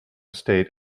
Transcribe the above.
state